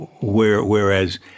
whereas